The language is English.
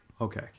Okay